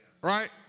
right